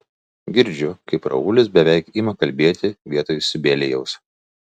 girdžiu kaip raulis beveik ima kalbėti vietoj sibelijaus